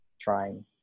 trying